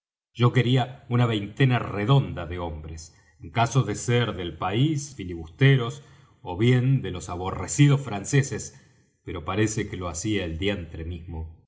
yo quería una veintena redonda de hombres en caso de ser del país filibusteros ó bien de los aborrecidos franceses pero parece que lo hacía el diantre mismo